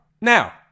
Now